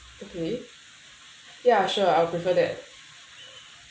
okay ya sure I'll prefer that